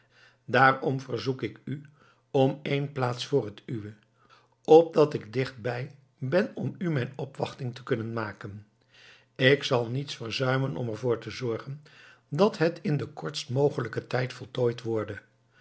daarom verzoek ik u om een plaats vr het uwe opdat ik dichtbij ben om u mijn opwachting te kunnen maken ik zal niets verzuimen om ervoor te zorgen dat het in den kortstmogelijken tijd voltooid worde